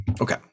Okay